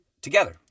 together